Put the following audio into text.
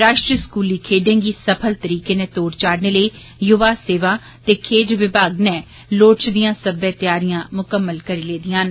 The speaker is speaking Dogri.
राश्ट्रीय स्कूली खेड्डे गी सफल तरीके नैं तोड चाढ़ने लेई युवा सेवा ते खेड्ड विभाग नै लोड़चदियां सब्बै तैआरियां मुकम्मल करी लेदियां न